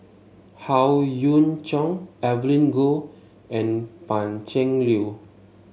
Howe Yoon Chong Evelyn Goh and Pan Cheng Lui